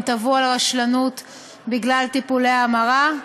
אם תבעו על רשלנות בגלל טיפולי המרה.